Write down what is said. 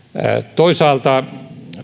toisaalta